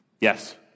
Yes